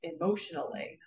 emotionally